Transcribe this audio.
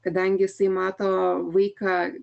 kadangi jisai mato vaiką